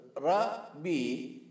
rabbi